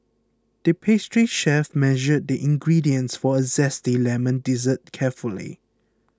the pastry chef measured the ingredients for a Zesty Lemon Dessert carefully